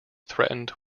threatened